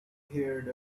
heard